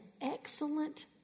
excellent